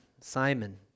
Simon